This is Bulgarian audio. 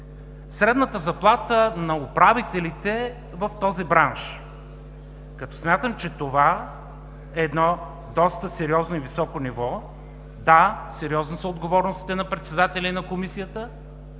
средната заплата на управителите в този бранш, като смятам, че това е доста сериозно и високо ниво. Да, сериозни са отговорностите на председателя и на Комисията,